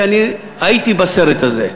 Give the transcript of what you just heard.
כי אני הייתי בסרט הזה.